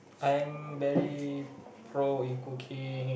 I am very pro in cooking